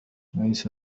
ليس